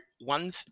one